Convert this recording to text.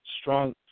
strong